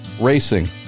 Racing